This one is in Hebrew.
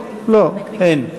לא, אין.